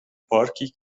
پارکی